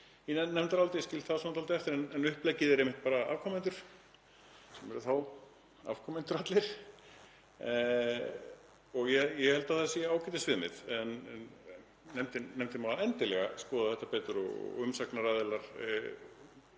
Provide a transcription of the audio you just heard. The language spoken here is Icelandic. í nefndaráliti, ég skil það svona dálítið eftir, en uppleggið er einmitt bara afkomendur sem eru þá afkomendur allir. Ég held að það sé ágætisviðmið en nefndin má endilega skoða þetta betur og umsagnaraðilar